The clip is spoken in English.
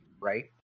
right